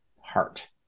heart